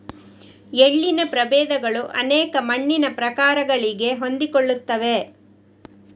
ಎಳ್ಳಿನ ಪ್ರಭೇದಗಳು ಅನೇಕ ಮಣ್ಣಿನ ಪ್ರಕಾರಗಳಿಗೆ ಹೊಂದಿಕೊಳ್ಳುತ್ತವೆ